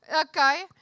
Okay